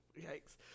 yikes